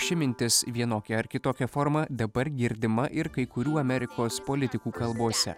ši mintis vienokia ar kitokia forma dabar girdima ir kai kurių amerikos politikų kalbose